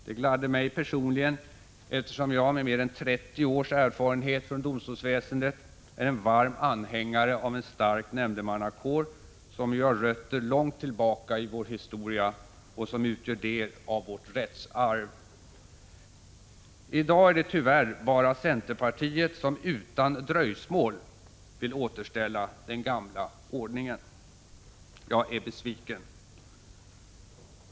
Det gladde mig personligen, eftersom jag — med mer än 30 års erfarenhet från domstolsväsendet — är en varm anhängare av en stark nämndemannakår, som ju har rötter långt tillbaka i vår historia och som utgör del av vårt rättsarv. I dag är det tyvärr bara centerpartiet som utan dröjsmål vill återställa den gamla ordningen. Jag är besviken.